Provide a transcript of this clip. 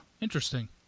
Interesting